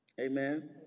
Amen